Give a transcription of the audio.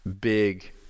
big